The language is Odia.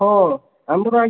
ହଁ ଆମର ଆଜ୍ଞା